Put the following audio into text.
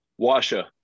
Washa